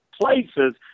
places